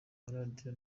maradiyo